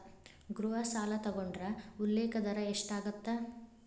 ಗೃಹ ಸಾಲ ತೊಗೊಂಡ್ರ ಉಲ್ಲೇಖ ದರ ಎಷ್ಟಾಗತ್ತ